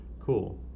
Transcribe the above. Cool